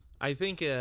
i think